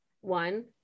one